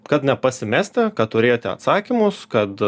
kad nepasimesti kad turėti atsakymus kad